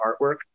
artwork